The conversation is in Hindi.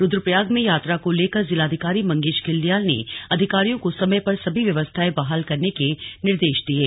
रुद्रप्रयाग में यात्रा को लेकर जिलाधिकारी मंगेश धिल्डियाल ने अधिकारियों को समय पर सभी व्यवस्थाएं बहाल करने के निर्देश दिये